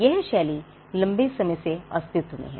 यह शैली लंबे समय से अस्तित्व में है